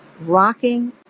rocking